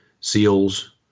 SEALs